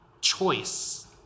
choice